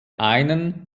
einen